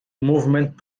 movement